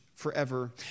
forever